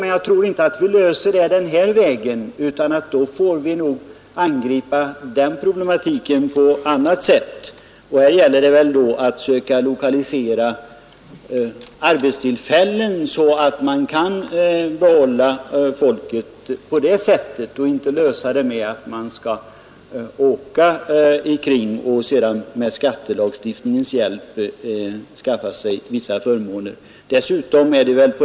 Men jag tror inte att vi kommer ifrån svårigheterna den vägen. Problemen får nog angripas på annat sätt. Det gäller bl.a. att försöka skapa arbetstillfällen och därigenom behålla folket på en ort; vi skall inte lösa problemen genom att människorna åker omkring och skaffar sig vissa förmåner med skattelagstiftningens hjälp.